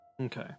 Okay